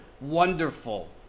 wonderful